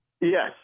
Yes